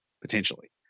potentially